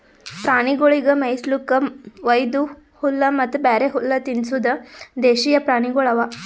ಪ್ರಾಣಿಗೊಳಿಗ್ ಮೇಯಿಸ್ಲುಕ್ ವೈದು ಹುಲ್ಲ ಮತ್ತ ಬ್ಯಾರೆ ಹುಲ್ಲ ತಿನುಸದ್ ದೇಶೀಯ ಪ್ರಾಣಿಗೊಳ್ ಅವಾ